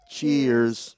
Cheers